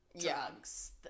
drugs